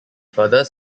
further